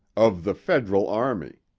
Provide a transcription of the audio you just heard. of the federal army.